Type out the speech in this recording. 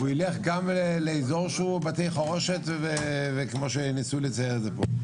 והוא ילך גם לאיזור שהוא בתי חרושת וכמו שניסו לצייר את זה פה.